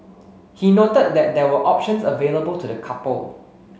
he noted that there were options available to the couple